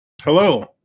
Hello